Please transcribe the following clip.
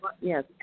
Yes